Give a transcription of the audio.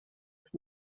ist